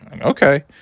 Okay